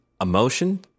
emotion